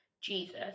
Jesus